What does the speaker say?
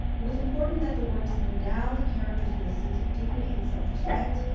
it was important that the works endow the characters with a sense of dignity and self-respect,